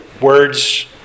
words